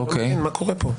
אני לא מבין, מה קורה פה?